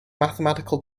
mathematical